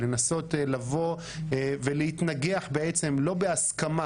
לנסות ולהתנגח לא בהסכמה